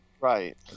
Right